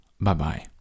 bye-bye